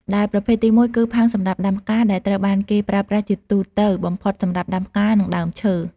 ដែលប្រភេទទីមួយគឺ ផើងសម្រាប់ដាំផ្កា ដែលត្រូវបានគេប្រើប្រាស់ជាទូទៅបំផុតសម្រាប់ដាំផ្កា និងដើមឈើ។